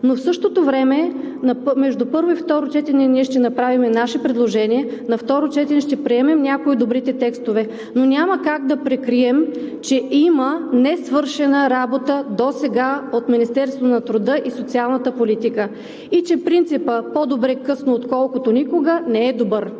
Но в същото време, между първо и второ четене, ние ще направим наши предложения. На второ четене ще приемем някои от добрите тестове, но няма как да прикрием, че има несвършена работа досега от Министерството на труда и социалната политика и че принципът „По-добре късно, отколкото никога“ не е добър.